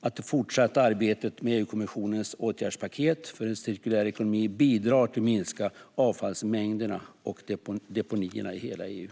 att det fortsatta arbetet med EU-kommissionens åtgärdspaket för en cirkulär ekonomi bidrar till att minska avfallsmängderna och deponierna i hela EU.